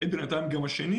ובינתיים גם השני